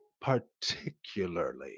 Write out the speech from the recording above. particularly